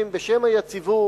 חברים, בשם היציבות